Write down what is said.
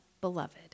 beloved